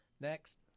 Next